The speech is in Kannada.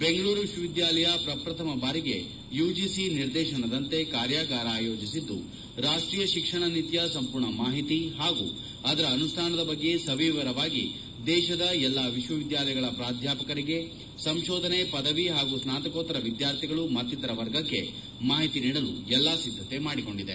ಬೆಂಗಳೂರು ವಿಶ್ವವಿದ್ನಾಲಯ ಪ್ರಪ್ರಥಮ ಬಾರಿಗೆ ಯುಜಿಸಿ ನಿರ್ದೇಶನದಂತೆ ಕಾರ್ಯಗಾರ ಆಯೋಜಿಸಿದ್ದು ರಾಷ್ಷೀಯ ಶಿಕ್ಷಣ ನೀತಿಯ ಸಂಪೂರ್ಣ ಮಾಹಿತಿ ಹಾಗೂ ಅದರ ಅನುಷ್ಠಾನದ ಬಗ್ಗೆ ಸವಿವರವಾಗಿ ದೇತದ ಎಲ್ಲಾ ವಿಶ್ವವಿದ್ಯಾಲಯಗಳ ಪ್ರಾಧ್ಯಾಪಕರಿಗೆ ಸಂಶೋಧನೆ ಪದವಿ ಹಾಗೂ ಸ್ನಾತಕೋತ್ತರ ವಿದ್ಯಾರ್ಥಿಗಳು ಮತ್ತಿತರ ವರ್ಗಕ್ಕೆ ಮಾಹಿತಿ ನೀಡಲು ಎಲ್ಲ ಸಿದ್ದತೆ ಮಾಡಿಕೊಂಡಿದೆ